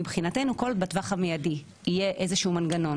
מבחינתנו מוקד בטווח המידי יהיה איזשהו מנגנון,